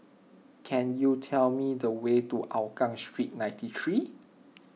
can you tell me the way to Hougang Street ninety three